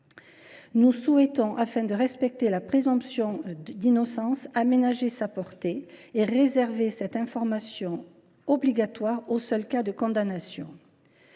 Nous souhaitons, afin de respecter la présomption d’innocence, en ménager la portée en réservant cette information obligatoire aux seuls cas de condamnation.